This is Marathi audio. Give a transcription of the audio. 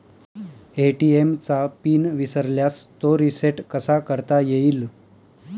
ए.टी.एम चा पिन विसरल्यास तो रिसेट कसा करता येईल?